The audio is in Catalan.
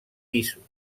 pisos